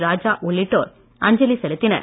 ராஜா உள்ளிட்டோர் அஞ்சலி செலுத்தினர்